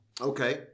Okay